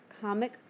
comic